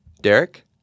Derek